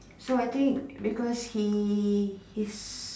so I think because he his